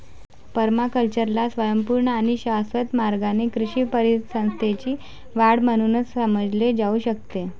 पर्माकल्चरला स्वयंपूर्ण आणि शाश्वत मार्गाने कृषी परिसंस्थेची वाढ म्हणून समजले जाऊ शकते